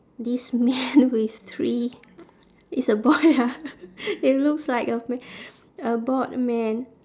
this man with three it's a boy ah it looks like a m~ a bald man